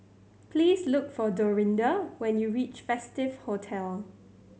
please look for Dorinda when you reach Festive Hotel